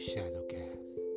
Shadowcast